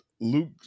luke